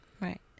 Right